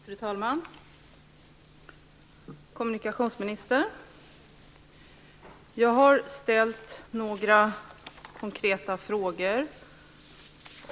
Fru talman! Kommunikationsministern! Jag har ställt några konkreta frågor.